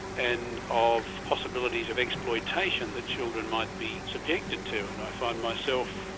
and of possibilities of exploitation that children might be subjected to and i find myself,